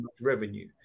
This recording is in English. revenue